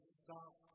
stop